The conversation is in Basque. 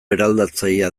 eraldatzailea